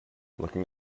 looking